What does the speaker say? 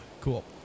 cool